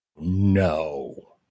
no